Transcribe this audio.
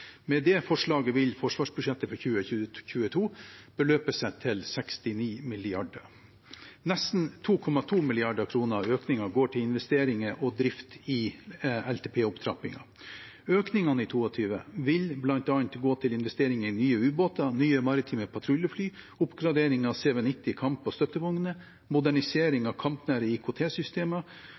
Med det forslaget vil forsvarsbudsjettet for 2022 beløpe seg til 69 mrd. kr. Nesten 2,2 mrd. kr av økningen går til investeringer og drift i LTP-opptrappingen. Økningen i 2022 vil bl.a. gå til investering i nye ubåter, nye maritime patruljefly, oppgradering av CV90 kamp- og støttevogner, modernisering av